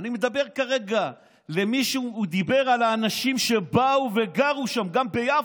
הוא דיבר על האנשים שבאו וגרו שם, גם ביפו.